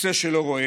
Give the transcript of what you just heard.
הכיסא שלו רועד,